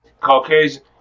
Caucasian